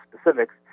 specifics